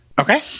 Okay